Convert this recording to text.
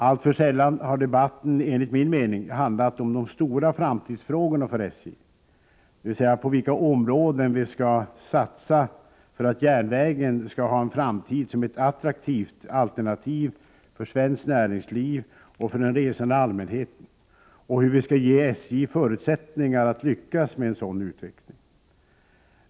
Alltför sällan har debatten enligt min mening handlat om de stora framtidsfrågorna för SJ, dvs. på vilka områden vi skall satsa för att järnvägen skall ha en framtid som ett attraktivt alternativ för svenskt näringsliv och för den resande allmänheten och hur vi skall ge SJ förutsättningar att lyckas med en sådan utveckling.